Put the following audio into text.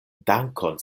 dankon